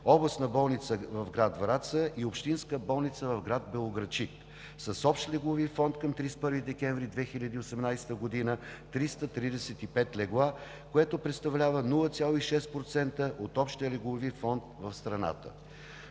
областна болница в град Враца и общинска болница в град Белоградчик, с общ леглови фонд към 31 декември 2018 г. 335 легла, което представлява 0,6% от общия леглови фонд в страната.